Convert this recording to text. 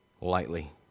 lightly